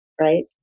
right